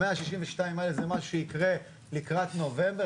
ה-162 האלה זה מה שיקרה לקראת נובמבר,